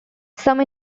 some